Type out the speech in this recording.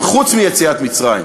אם חוץ מיציאת מצרים